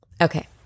Okay